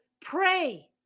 pray